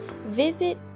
visit